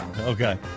Okay